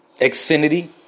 Xfinity